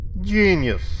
Genius